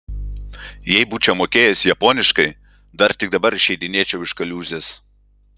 jei būčiau mokėjęs japoniškai dar tik dabar išeidinėčiau iš kaliūzės